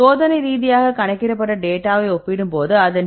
சோதனை ரீதியாக கணக்கிடப்பட்ட டேட்டாவை ஒப்பிடும் போது அதன் டிவியேஷன் 0